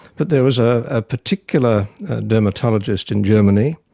but there was ah a particular dermatologist in germany,